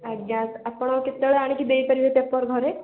ଆଜ୍ଞା ଆପଣ କେତେବେଳେ ଆଣିକି ଦେଇପାରିବେ ପେପର୍ ଘରେ